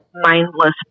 mindless